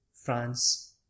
France